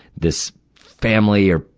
this family or,